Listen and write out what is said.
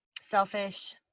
Selfish